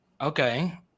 okay